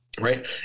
Right